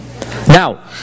Now